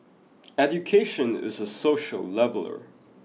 education is a social leveller